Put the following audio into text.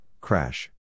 crash